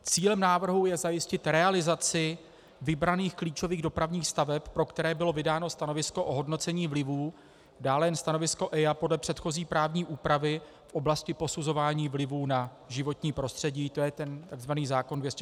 Cílem návrhu je zajistit realizaci vybraných klíčových dopravních staveb, pro které bylo vydáno stanovisko ohodnocení vlivů, dále jen stanovisko EIA, podle předchozí právní úpravy v oblasti posuzování vlivů na životní prostředí, to je ten takzvaný zákon 244/1992 Sb.